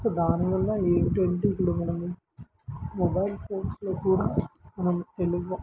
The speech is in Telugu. సో దానివల్ల ఏటువంటి ఇప్పుడు మనం మొబైల్ ఫోన్స్లో కూడా మనం తెలుగు